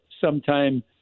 sometime